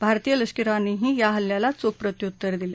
भारतीय लष्करानंही या हल्ल्याला चोख प्रत्युत्तर दिलं